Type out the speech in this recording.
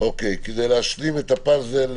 כדי להשלים את הפאזל,